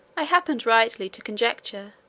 i happened rightly to conjecture,